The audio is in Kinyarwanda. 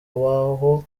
abaho